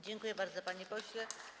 Dziękuję bardzo, panie pośle.